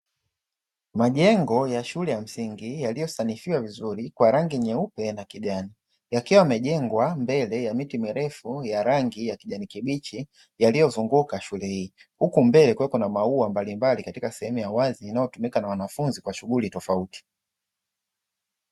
Majengo ya shule ya msingi, yaliyosanifiwa vizuri kwa rangi nyeupe na kijani, yakiwa yamejengwa mbele ya miti mirefu ya rangi ya kijani kibichi yaliyozunguka shule hii. Huku mbele kukiwa na maua mbalimbali katika sehemu ya wazi inayotumika na wanafunzi kwa shughuli tofauti.